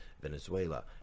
Venezuela